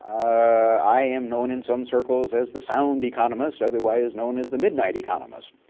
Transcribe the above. i am known in some circles as the sound economist, otherwise known as the midnight economist.